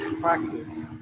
practice